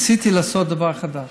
ניסיתי לעשות דבר חדש.